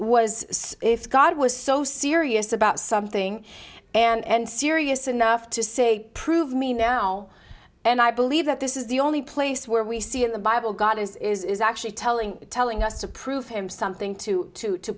was if god was so serious about something and serious enough to say prove me now and i believe that this is the only place where we see in the bible god is actually telling telling us to prove him something to to to